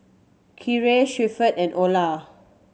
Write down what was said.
Keira Shepherd and Ola